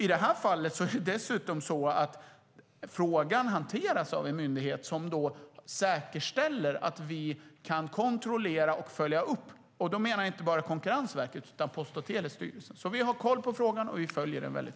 I det här fallet hanteras dessutom frågan av en myndighet som säkerställer att vi kan kontrollera och följa upp detta, och då menar jag inte bara Konkurrensverket utan också Post och telestyrelsen. Vi har alltså koll på frågan, och vi följer den noga.